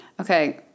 Okay